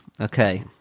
Okay